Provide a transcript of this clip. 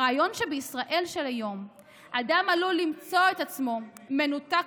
הרעיון שבישראל של היום אדם עלול למצוא את עצמו מנותק